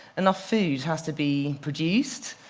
enough food has to be produced,